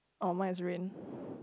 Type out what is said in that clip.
oh mine is ring